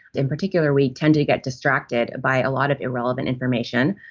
in particular, we tend to get distracted by a lot of irrelevant information,